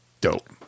dope